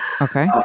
Okay